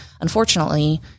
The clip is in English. unfortunately